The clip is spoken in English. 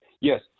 Yes